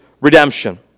redemption